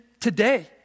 today